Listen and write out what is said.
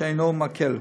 שאינו מקל.